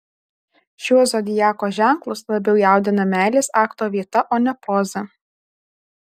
šiuos zodiako ženklus labiau jaudina meilės akto vieta o ne poza